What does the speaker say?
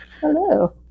hello